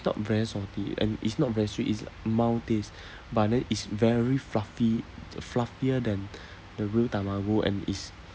not very salty and it's not very sweet it's mild taste but then it's very fluffy fluffier than the real tamago and it's